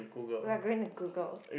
we are going to Google